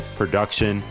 production